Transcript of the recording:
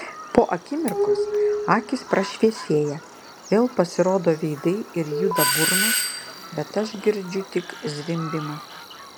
po akimirkos akys prašviesėja vėl pasirodo veidai ir juda burnos bet aš girdžiu tik zvimbimą